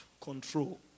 control